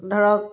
ধৰক